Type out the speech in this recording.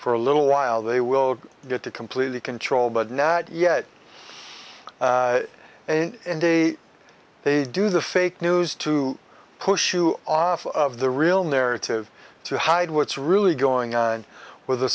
for a little while they will get to completely control but not yet and they they do the fake news to push you off of the real narrative to hide what's really going on with the